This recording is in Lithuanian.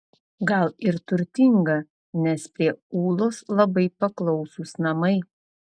gal ir turtinga nes prie ūlos labai paklausūs namai